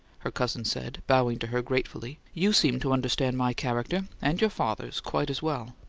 her cousin said, bowing to her gratefully. you seem to understand my character and your father's quite as well!